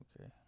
okay